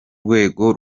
rwego